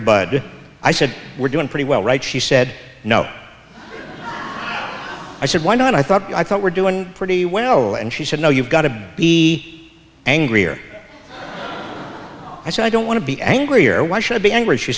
bud i said we're doing pretty well right she said no i said why not i thought i thought we're doing pretty well and she said no you've got to be angry or i said i don't want to be angry or why should i be angry she